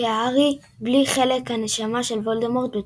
כהארי בלי חלק הנשמה של וולדמורט בתוכו.